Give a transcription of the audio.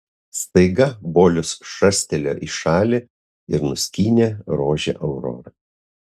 staiga bolius šastelėjo į šalį ir nuskynė rožę aurora